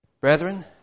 Brethren